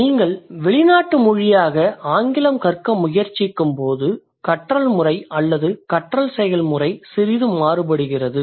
நீங்கள் வெளிநாட்டு மொழியாக ஆங்கிலம் கற்க முயற்சிக்கும்போது கற்றல் முறை அல்லது கற்றல் செயல்முறை சிறிது மாறுபடுகிறது